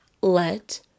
let